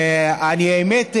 האמת,